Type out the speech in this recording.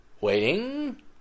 Waiting